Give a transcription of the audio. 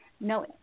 no